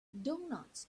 doughnuts